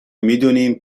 میدونیم